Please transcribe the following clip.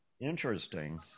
interesting